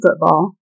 football